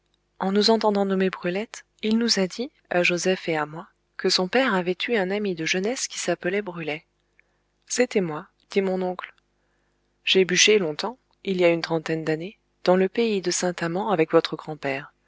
en nous entendant nommer brulette il nous a dit à joseph et à moi que son père avait eu un ami de jeunesse qui s'appelait brulet c'était moi dit mon oncle j'ai bûché longtemps il y a une trentaine d'années dans le pays de saint amand avec votre grand-père